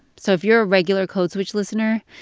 so if you're a regular code switch listener,